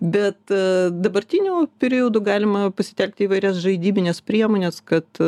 bet dabartiniu periodu galima pasitelkti įvairias žaidybines priemones kad